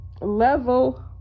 level